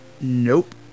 Nope